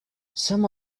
some